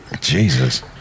Jesus